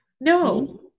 No